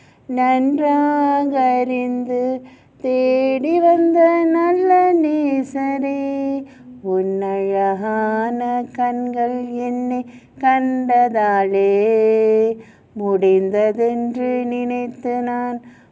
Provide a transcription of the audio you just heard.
நன்றாக அறிந்து தேடி வந்த நல்ல நேசரே உன் அழகான கண்கள் என்னை கண்டதாலே:un azhagaana kankal ennai kandathale muinthathendru niniaththu naan uyir vaazhgindren